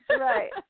Right